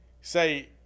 say